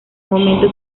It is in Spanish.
momento